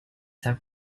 have